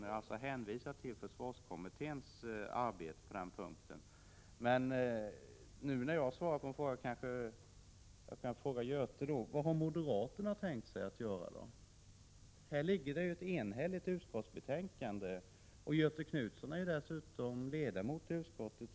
Jag har alltså hänvisat till försvarskommitténs arbete på denna punkt. Men jag kan fråga Göthe Knutson: Vad har moderaterna tänkt sig att göra? Här ligger ett enhälligt utskottsbetänkande, och Göthe Knutson är dessutom ledamot av utskottet.